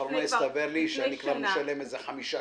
שלאחרונה הסתבר לי שאני משלם 6-5